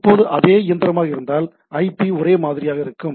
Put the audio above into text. இப்போது அதே இயந்திரமாக இருந்தால் ஐபி ஒரே மாதிரியாக இருக்கும்